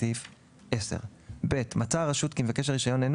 סעיף 10. (ב) מצאה הרשות כי מבקש הרישיון אינו